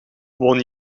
woon